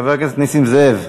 חבר הכנסת נסים זאב,